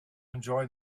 enjoy